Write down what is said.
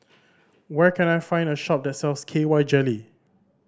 where can I find a shop that sells K Y Jelly